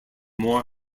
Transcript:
more